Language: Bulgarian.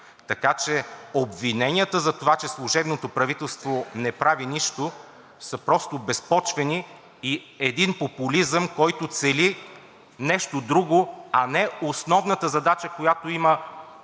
Така че обвиненията за това, че служебното правителство не прави нищо, са просто безпочвени и са един популизъм, който цели нещо друго, а основната задача, която има